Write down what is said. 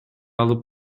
алып